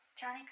Johnny